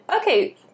okay